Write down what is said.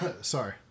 Sorry